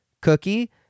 Cookie